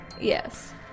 Yes